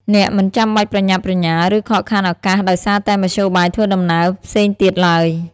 អ្នកមិនចាំបាច់ប្រញាប់ប្រញាល់ ឬខកខានឱកាសដោយសារតែមធ្យោបាយធ្វើដំណើរផ្សេងទៀតឡើយ។